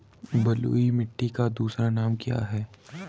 बलुई मिट्टी का दूसरा नाम क्या है?